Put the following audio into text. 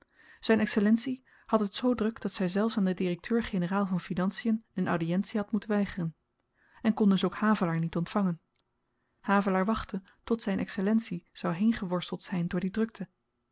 zyn excellentie had het zoo druk dat zy zelfs aan den direkteur generaal van financien een audientie had moeten weigeren en kon dus ook havelaar niet ontvangen havelaar wachtte tot zyn excellentie zou heengeworsteld zyn door die drukte